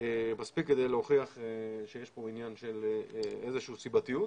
כדי להוכיח שיש כאן עניין של איזושהי סיבתיות